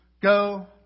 Go